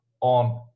on